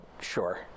sure